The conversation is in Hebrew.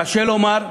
קשה לומר,